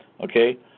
Okay